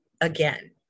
again